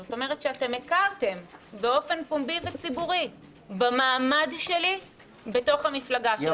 זאת אומרת שאתם הכרתם באופן פומבי וציבורי במעמד שלי בתוך המפלגה שלכם.